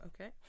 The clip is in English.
Okay